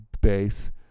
base